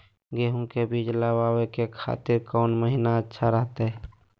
गेहूं के बीज लगावे के खातिर कौन महीना अच्छा रहतय?